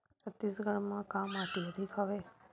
छत्तीसगढ़ म का माटी अधिक हवे?